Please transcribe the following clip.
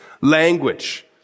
language